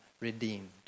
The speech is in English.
redeemed